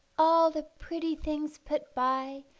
all the pretty things put by,